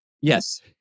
Yes